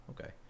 Okay